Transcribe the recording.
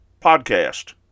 podcast